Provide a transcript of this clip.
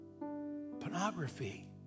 pornography